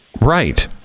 right